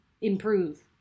improve